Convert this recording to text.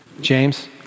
James